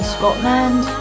Scotland